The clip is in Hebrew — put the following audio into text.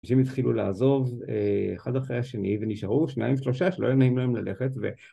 אנשים התחילו לעזוב אחד אחרי השני, ונשארו שניים, שלושה, שלא היה נעים להם ללכת ו...